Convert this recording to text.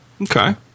Okay